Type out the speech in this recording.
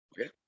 Okay